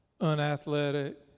unathletic